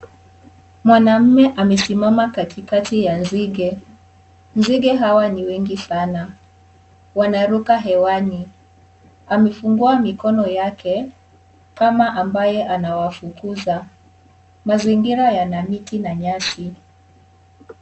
Mwanamme amesimama katikati ya nzige , nzige hawa ni wengi sana wanaruka hewani. Amefungua mkono yake kama ambayo anawafukuza. Mazingira yana miti na nyasi .